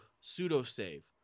pseudo-save